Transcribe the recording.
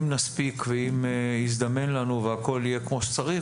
אם נספיק ואם יזדמן לנו והכול יהיה כמו שצריך,